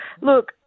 look